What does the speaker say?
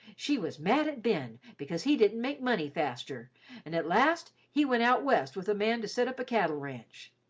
she was mad at ben because he didn't make money faster n and at last he went out west with a man to set up a cattle ranch.